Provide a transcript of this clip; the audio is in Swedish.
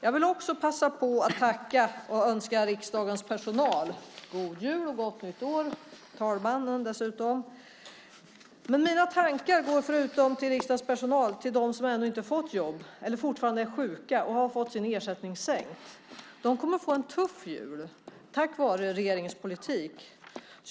Jag vill också passa på att tacka och önska riksdagens personal och dessutom talmannen god jul och gott nytt år. Mina tankar går förutom till riksdagens personal till dem som ännu inte har fått jobb eller som fortfarande är sjuka och har fått sin ersättning sänkt. De kommer att få en tuff jul på grund av regeringens politik.